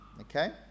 okay